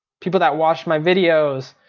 people that watch my videos.